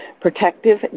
protective